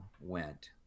went